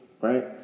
right